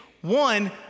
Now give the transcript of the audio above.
One